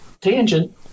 tangent